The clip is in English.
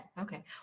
okay